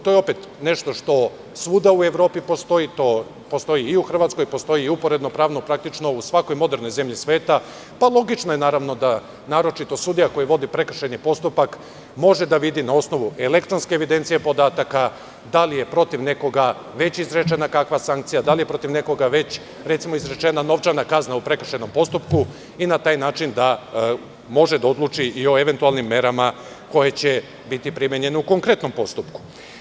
To je opet nešto što svuda u Evropi postoji, postoji i u Hrvatskoj, postoji uporedno, pravno, praktično u svakoj modernoj zemlji sveta, pa logično je naravno da naročito sudija koji vodi prekršajni postupak, može da vidi na osnovu elektronske evidencije podataka da li je protiv nekoga već izrečena kakva sankcija, da li je protiv nekoga recimo već izrečena novčana kazna u prekršajnom postupku i na taj način da može da odluči i o eventualnim merama koje će biti primenjene u konkretnom postupku.